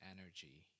energy